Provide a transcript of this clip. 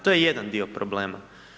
To je jedan dio problema.